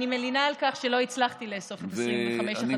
אני מלינה על כך שלא הצלחתי לאסוף 25 החתימות.